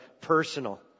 personal